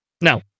Now